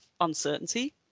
uncertainty